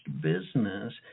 business